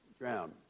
drowned